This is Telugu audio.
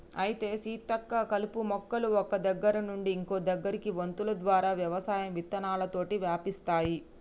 అయితే సీతక్క కలుపు మొక్కలు ఒక్క దగ్గర నుండి ఇంకో దగ్గరకి వొంతులు ద్వారా వ్యవసాయం విత్తనాలతోటి వ్యాపిస్తాయి